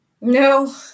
no